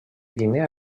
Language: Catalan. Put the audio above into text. guinea